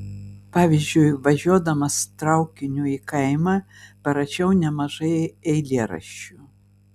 pavyzdžiui važiuodamas traukiniu į kaimą parašiau nemažai eilėraščių